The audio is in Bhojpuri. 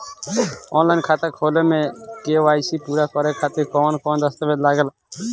आनलाइन खाता खोले में के.वाइ.सी पूरा करे खातिर कवन कवन दस्तावेज लागे ला?